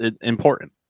important